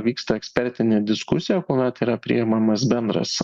vyksta ekspertinė diskusija kuomet yra priimamas bendras